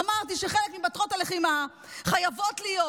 אמרתי שחלק ממטרות הלחימה חייבות להיות